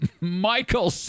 Michael